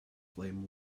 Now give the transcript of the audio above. flame